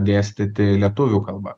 dėstyti lietuvių kalba